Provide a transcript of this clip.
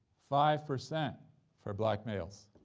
five percent for black males.